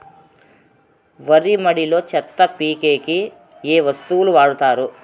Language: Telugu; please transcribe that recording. వరి మడిలో చెత్త పీకేకి ఏ వస్తువులు వాడుతారు?